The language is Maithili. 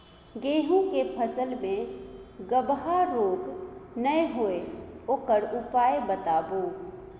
गेहूँ के फसल मे गबहा रोग नय होय ओकर उपाय बताबू?